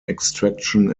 extraction